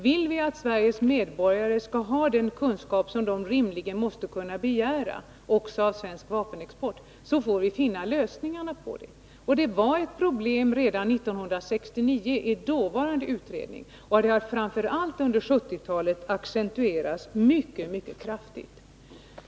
Vill vi att Sveriges medborgare skall ha den kunskap som de rimligen måste kunna begära också om svensk vapenexport? I så fall måste vi finna lösningar. Detta var ett problem redan 1969, i den dåvarande utredningen, och det har framför allt under 1970-talet accentuerats mycket kraftigt.